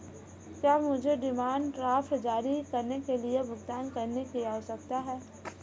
क्या मुझे demand draft जारी करने के लिए भुगतान करने की आवश्यकता है?